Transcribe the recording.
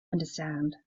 understand